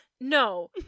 no